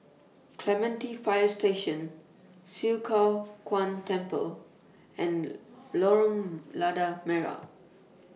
Clementi Fire Station Swee Kow Kuan Temple and Lorong Lada Merah